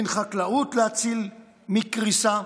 אין חקלאות להציל מקריסה.